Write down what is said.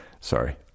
sorry